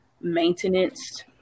maintenance